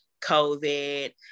COVID